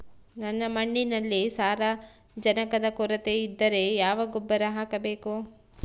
ನನ್ನ ಮಣ್ಣಿನಲ್ಲಿ ಸಾರಜನಕದ ಕೊರತೆ ಇದ್ದರೆ ಯಾವ ಗೊಬ್ಬರ ಹಾಕಬೇಕು?